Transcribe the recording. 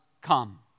come